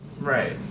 right